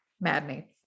maddening